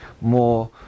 more